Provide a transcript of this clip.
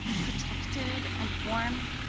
protected and warm?